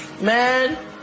Man